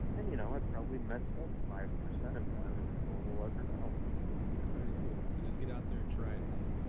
and you know, i probably messed up five percent of them that and no one will ever know very cool. so just get out there and try it then